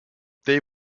they